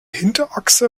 hinterachse